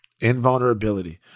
Invulnerability